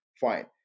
Fine